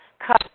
cut